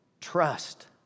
trust